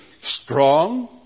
strong